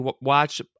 watch